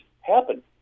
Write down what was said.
happen